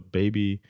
baby